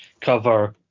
cover